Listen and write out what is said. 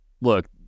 look